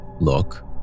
look